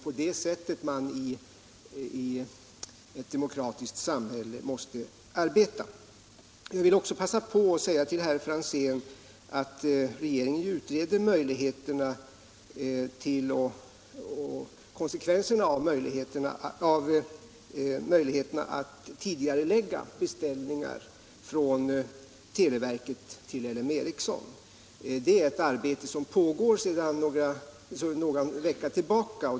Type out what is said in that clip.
På det sättet måste man ju arbeta i ett demokratiskt samhälle. Jag vill också passa på att säga till herr Franzén att regeringen utreder möjligheterna till och konsekvenserna av att tidigarelägga beställningar från televerket till LM Ericsson. Det är ett arbete som pågår sedan någon vecka.